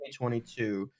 2022